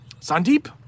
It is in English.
Sandeep